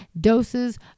doses